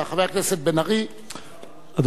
חבר הכנסת בן-ארי, בבקשה.